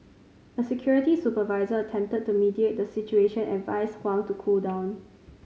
a security supervisor attempted to mediate the situation and advised Huang to cool down